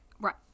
Right